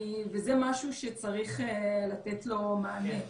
זה משהו שצריך לתת לו מענה.